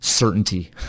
certainty